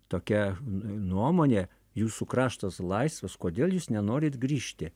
tokia nuomonė jūsų kraštas laisvas kodėl jūs nenorit grįžti